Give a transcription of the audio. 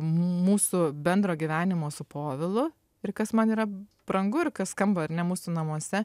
mūsų bendro gyvenimo su povilu ir kas man yra brangu ir kas skamba ar ne mūsų namuose